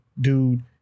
dude